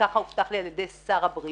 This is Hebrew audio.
וכך הובטח לי על ידי שר הבריאות,